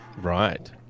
Right